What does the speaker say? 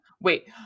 wait